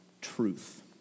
truth